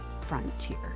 frontier